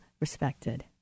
respected